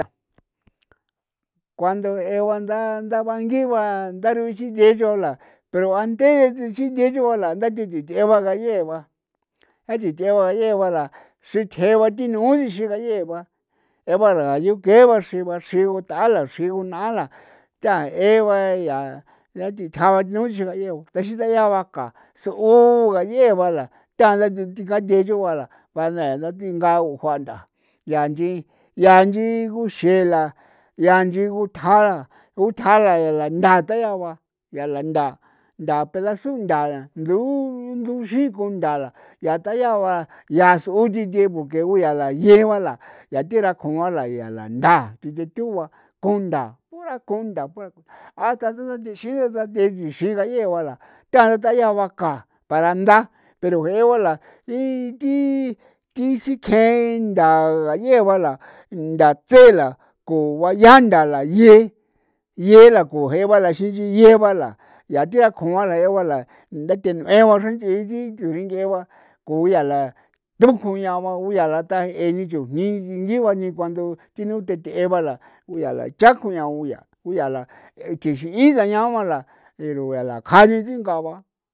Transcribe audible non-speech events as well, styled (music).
Cuando jee ba nda nda bangiba ndaroxi nge x'ola pero an the ti tsinte chooba la a ta nthithiee ba ndala a tithiee ba ndala xritjee ba ti'no sixigayee ba jee ba ngu yee ba la xriba chio t'ala chjio nala tajee ba ndaditja ba ti no daxidayaa ba ka soo dayee ba la ta la ndingathe ba choo ba rua la tinga jua ba yaa nchin yaa nchi guxee la yaa nchin guthala guthan nthaandaa yaa tea ba nthaa nthaa pedazo nthaa nduu nduro tjin nthaa la yaa so ti tie ba jee guyala yeba ntha yaa thera kjuan la thi dethu ba ko nthaa pura kuntha pura kuntha a ka tho tsexiba ningayee ba la ndayaa ba ka para ntha pero je'e ba la ti (hesitation) sikjee nthaa ngayee ba la ndatse la ko bayaa ntha la ye nye ko je'e ba sinchibee la yaa ti kjua la beela ndathenue ba nchri xein bi to ringee ba ko to yaa la tuñao ba la je'e ni chujni singi cuando nano tetee ba ku yaa la icha kuñao yaa la tsixiin sañaa la pero a la kja sitsingaaba.